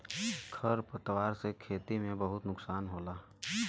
खर पतवार से खेती में बहुत नुकसान होला